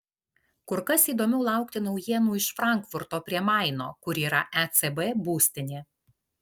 kur kas įdomiau laukti naujienų iš frankfurto prie maino kur yra ecb būstinė